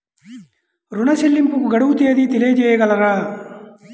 ఋణ చెల్లింపుకు గడువు తేదీ తెలియచేయగలరా?